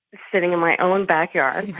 sitting in my own backyard,